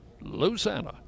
Louisiana